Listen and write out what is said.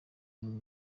n’umwe